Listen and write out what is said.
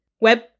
web